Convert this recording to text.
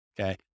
Okay